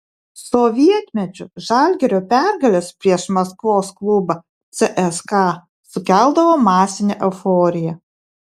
sovietmečiu žalgirio pergalės prieš maskvos klubą cska sukeldavo masinę euforiją